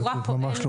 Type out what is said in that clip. ממש לא,